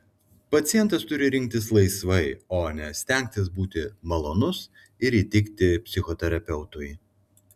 pacientas turi rinktis laisvai o ne stengtis būti malonus ir įtikti psichoterapeutui